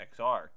XR